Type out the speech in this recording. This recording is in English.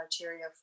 criteria